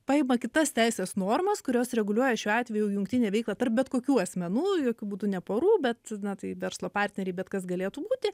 paima kitas teisės normas kurios reguliuoja šiuo atveju jungtinę veiklą per bet kokių asmenų jokiu būdu ne porų bet na tai verslo partneriai bet kas galėtų būti